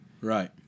Right